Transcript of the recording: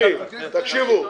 תקשיבו,